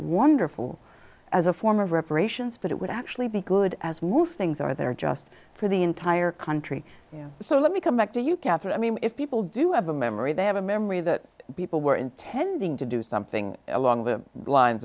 wonderful as a form of reparations but it would actually be good as move things are there just for the entire country you know so let me come back to you catherine i mean if people do have a memory they have a memory that people were intending to do something along the lines